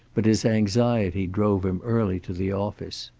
but his anxiety drove him early to the office.